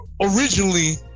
originally